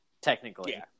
technically